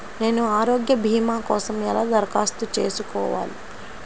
నేను ఆరోగ్య భీమా కోసం ఎలా దరఖాస్తు చేసుకోవాలి?